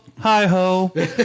hi-ho